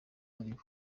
aribo